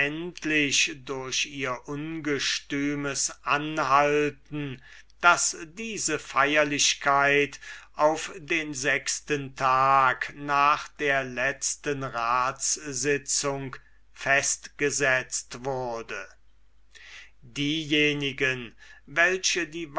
durch ihr ungestümes anhalten daß diese feierlichkeit auf den sechsten tag nach der letzten ratssitzung festgestellt wurde diejenigen welche die